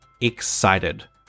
excited